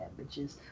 bitches